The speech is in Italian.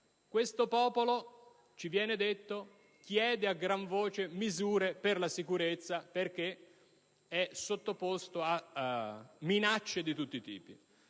Questo popolo, ci viene detto, chiede a gran voce misure per la sicurezza perché è sottoposto a minacce di tutti i tipi.